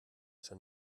schon